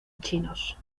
chinos